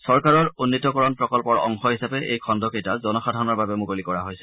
চৰকাৰৰ উন্নীতকৰণ প্ৰকল্পৰ অংশ হিচাপে এই খণ্ডকেইটা জনসাধাৰণৰ বাবে মুকলি কৰা হৈছে